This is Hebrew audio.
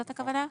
זאת הכוונה?